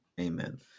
Amen